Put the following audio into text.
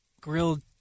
grilled